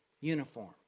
uniform